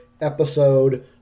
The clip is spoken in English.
episode